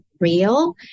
real